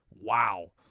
wow